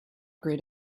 grayed